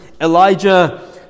Elijah